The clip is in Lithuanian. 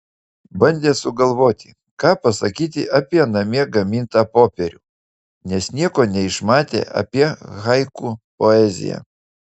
bandė sugalvoti ką pasakyti apie namie gamintą popierių nes nieko neišmanė apie haiku poeziją